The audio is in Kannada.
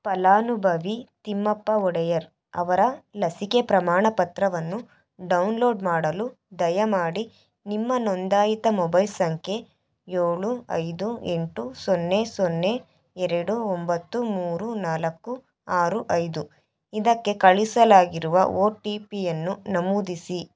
ಫಲಾನುಬವಿ ತಿಮ್ಮಪ್ಪ ಒಡೆಯರ್ ಅವರ ಲಸಿಕೆ ಪ್ರಮಾಣಪತ್ರವನ್ನು ಡೌನ್ಲೋಡ್ ಮಾಡಲು ದಯಮಾಡಿ ನಿಮ್ಮ ನೋಂದಾಯಿತ ಮೊಬೈಲ್ ಸಂಖ್ಯೆ ಏಳು ಐದು ಎಂಟು ಸೊನ್ನೆ ಸೊನ್ನೆ ಎರಡು ಒಂಬತ್ತು ಮೂರು ನಾಲ್ಕು ಆರು ಐದು ಇದಕ್ಕೆ ಕಳಿಸಲಾಗಿರುವ ಓ ಟಿ ಪಿಯನ್ನು ನಮೂದಿಸಿ